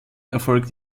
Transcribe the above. erfolgt